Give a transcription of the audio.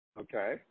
Okay